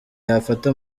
yafata